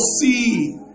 see